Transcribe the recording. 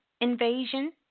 invasion